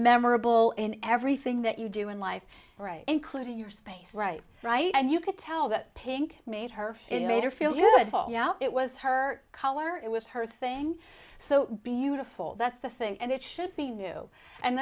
memorable in everything that you do in life including your space right right and you could tell that pink made her it made her feel good it was her color it was her thing so beautiful that's the thing and it should be new and